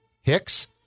Hicks